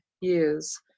years